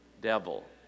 devil